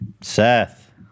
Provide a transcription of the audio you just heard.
Seth